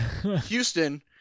Houston